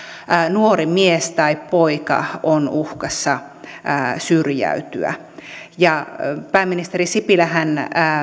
nuori mies tai poika on uhkassa syrjäytyä pääministeri sipilähän